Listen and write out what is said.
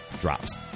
drops